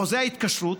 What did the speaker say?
בחוזה ההתקשרות,